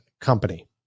company